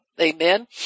Amen